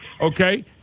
Okay